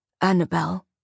Annabelle